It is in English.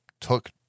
took